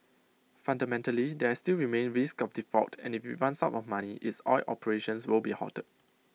fundamentally there still remains risk of default and if IT runs out of money its oil operations will be halted